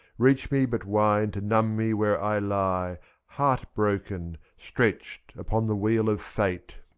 reach me but wine to numb me where i lie heart-broken, stretched upon the wheel of fate.